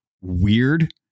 weird